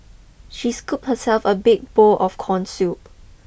she scoop herself a big bowl of corn soup